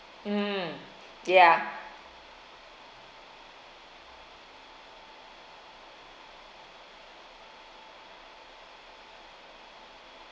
mm yeah